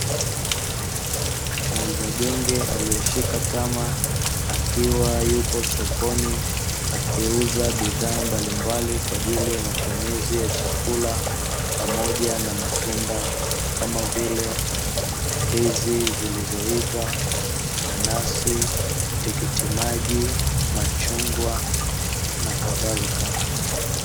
Muuza genge aliyeshika tama akiwa yupo sokoni akiuza bidhaa mbalimbali, kwa ajili ya matumizi ya chakula pamoja na matunda kama vile; ndizi zilizoiva, mananasi, tikitimaji, machungwa na kadhalika.